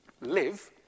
live